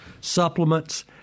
supplements